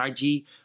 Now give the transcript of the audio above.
IG